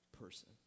person